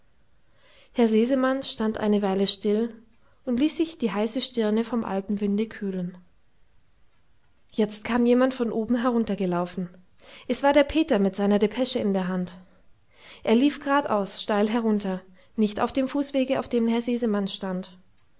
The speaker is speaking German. herr sesemann stand eine weile still und ließ sich die heiße stirne vom alpenwinde kühlen jetzt kam jemand von oben heruntergelaufen es war der peter mit seiner depesche in der hand er lief gradaus steil herunter nicht auf dem fußwege auf dem herr sesemann stand